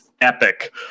epic